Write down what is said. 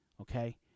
Okay